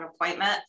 appointment